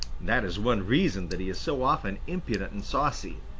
that is one reason that he is so often impudent and saucy.